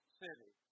city